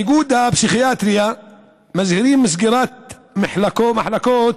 באיגוד הפסיכיאטריה מזהירים מסגירת מחלקות,